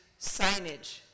signage